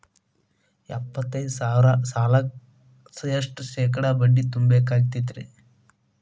ಎಪ್ಪತ್ತೈದು ಸಾವಿರ ಸಾಲಕ್ಕ ಎಷ್ಟ ಶೇಕಡಾ ಬಡ್ಡಿ ತುಂಬ ಬೇಕಾಕ್ತೈತ್ರಿ?